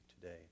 today